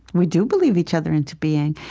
we do believe each other into being.